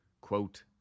quote